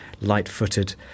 light-footed